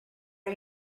are